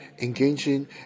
engaging